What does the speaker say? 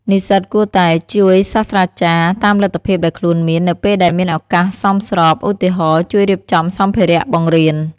និស្សិតគួរតែ ជួយសាស្រ្តាចារ្យ តាមលទ្ធភាពដែលខ្លួនមាន នៅពេលដែលមានឱកាសសមស្រប (ឧទាហរណ៍ ជួយរៀបចំសម្ភារៈបង្រៀន)។